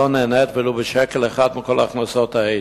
לא נהנית ולו בשקל אחד מכל ההכנסות האלה.